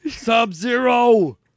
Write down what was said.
Sub-Zero